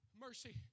Mercy